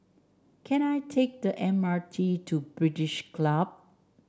can I take the M R T to British Club